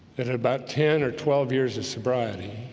that about ten or twelve years of sobriety.